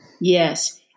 Yes